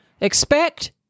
Expect